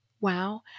wow